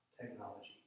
technology